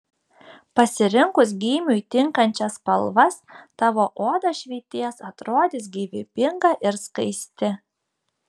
pasirinkus gymiui tinkančias spalvas tavo oda švytės atrodys gyvybinga ir skaisti